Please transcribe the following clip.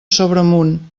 sobremunt